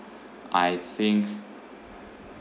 I think